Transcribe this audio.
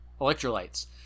Electrolytes